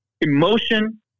emotion